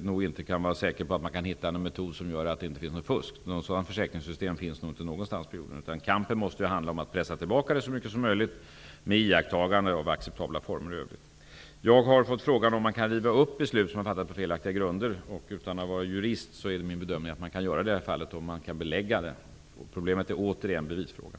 nog inte kan vara säker på att man kan hitta en metod, som förhindrar fusk. Ett sådant försäkringssystem finns nog inte någonstans. Kampen måste handla om att man försöker pressa tillbaka fusket så mycket som möjligt med iakttagande av acceptabla former. Jag fick frågan om man utan att vara jurist kan riva upp beslut, som har fattats på felaktiga grunder. Min bedömning är att man kan göra det i det här fallet, om man kan belägga fusket. Problemet är bevisningen.